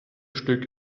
stück